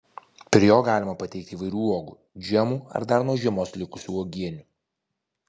prie jo galima pateikti įvairių uogų džemų ar dar nuo žiemos likusių uogienių